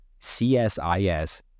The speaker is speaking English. CSIS